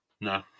No